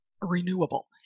renewable